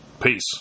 peace